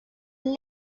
las